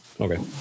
Okay